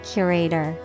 Curator